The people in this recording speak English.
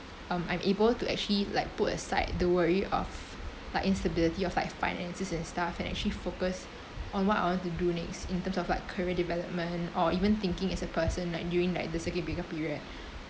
um I'm able to actually like put aside the worry of like instability of like finances and stuff and actually focus on what I want to do next in terms of like career development or even thinking as a person like during like the circuit breaker period